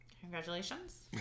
congratulations